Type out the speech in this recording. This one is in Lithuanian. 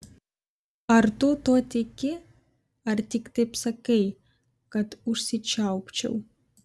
ar tu tuo tiki ar tik taip sakai kad užsičiaupčiau